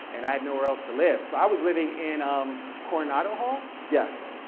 and i had no where else to live. so, i was living in um coronado hall, yes.